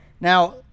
Now